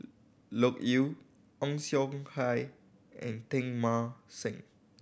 Loke Yew Ong Siong Kai and Teng Mah Seng